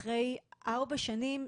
אחרי ארבע שנים,